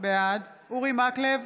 בעד אורי מקלב,